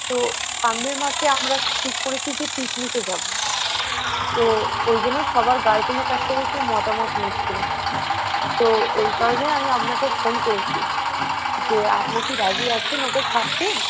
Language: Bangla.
তো সামনের মাসে আমরা ঠিক করেছি যে পিকনিকে যাব তো ওই জন্য সবার গার্জেনের কাছ থেকে একটু মতামত নিচ্ছিলাম তো ওই কারণে আমি আপনাকে ফোন করেছি যে আপনি কি রাজি আছেন ওকে ছাড়তে